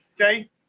okay